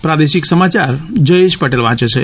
પ્રાદેશિક સમાચાર જયેશ પટેલ વાંચે છે